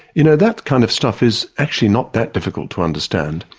you know, that kind of stuff is actually not that difficult to understand.